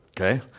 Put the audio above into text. Okay